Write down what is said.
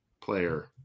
player